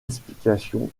explication